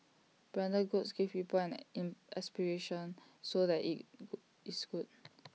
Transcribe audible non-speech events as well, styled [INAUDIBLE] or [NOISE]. branded goods give people an in aspiration so that [NOISE] is good